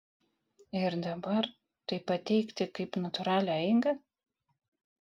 ir dabar tai pateikti kaip natūralią eigą